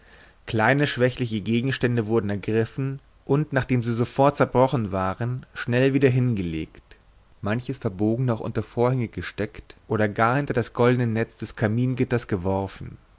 kleine schwächliche gegenstände wurden ergriffen und nachdem sie sofort zerbrochen waren schnell wieder hingelegt manches verbogene auch unter vorhänge gesteckt oder gar hinter das goldene netz des kamingitters geworfen